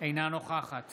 אינה נוכחת